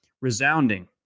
resounding